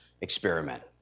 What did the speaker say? experiment